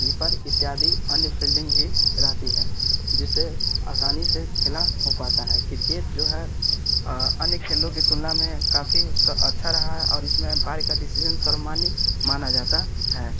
keeper इत्यादि अन्य fielding भी रहती है जिससे असानी से खेला हो पाता है क्रिकेट जो है अन्य खेलों के तुलना में काफ़ी अच्छा रहा है और इसमें एम्पायर का डिसिज़न सर्वमान्य माना जाता है